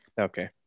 Okay